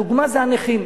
הדוגמה זה המחיר.